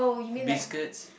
biscuits